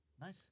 Nice